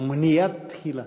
ומניעה תחילה",